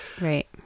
Right